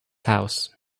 house